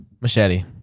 machete